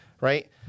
right